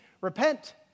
Repent